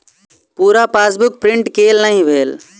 पूरा passbook print केल नहि भेल